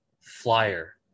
flyer